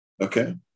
Okay